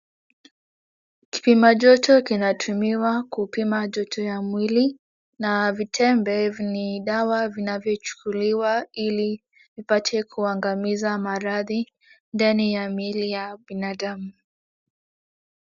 Kipima joto kinatumiwa kupima joto ya mwili na vitembe ni dawa vinavyochukuliwa ili vipate kuangamiza maradhi ndani ya miili ya binadamu.